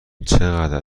چقدر